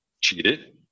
cheated